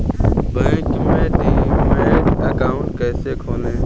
Bank में demat account कैसे खोलें?